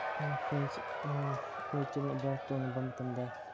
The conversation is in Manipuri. ꯐ꯭ꯔꯦꯟꯁ ꯑꯩꯈꯣꯏ ꯆꯠꯅꯕ ꯇꯧꯅꯕ ꯃꯇꯝꯗ